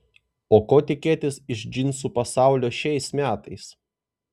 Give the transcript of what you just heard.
o ko tikėtis iš džinsų pasaulio šiais metais